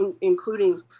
including